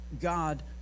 God